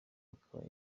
akaba